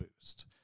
boost